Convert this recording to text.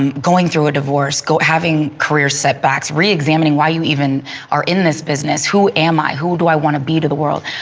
um going through a divorce, having career set-backs, re-examining why you even are in this business. who am i? who do i want to be to the world?